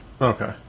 Okay